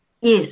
yes